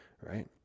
right